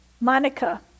Monica